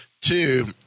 Two